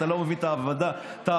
אתה לא מבין את העבודה הפרלמנטרית,